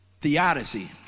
Theodicy